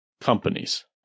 companies